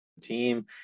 team